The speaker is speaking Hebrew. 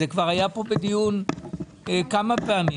זה כבר היה פה בדיון כמה פעמים,